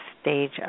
stage